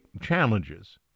challenges